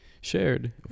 shared